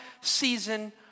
season